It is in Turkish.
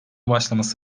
başlaması